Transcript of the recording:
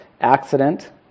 accident